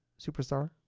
superstar